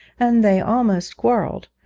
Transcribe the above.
and they almost quarrelled,